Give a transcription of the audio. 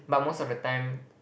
but most of the time